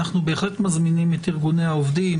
אנחנו בהחלט מזמינים את ארגוני העובדים,